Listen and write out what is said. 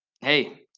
hey